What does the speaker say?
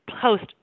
post